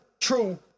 true